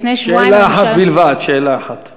לפני שבועיים, שאלה אחת בלבד.